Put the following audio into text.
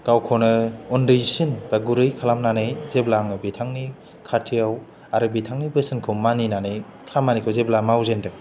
गावखौनो उन्दैसिन बा गुरै खालामनानै जेब्ला आङो बिथांनि खाथियाव आरो बिथांनि बोसोनखौ मानिनानै खामानिखौ जेब्ला मावजेनदों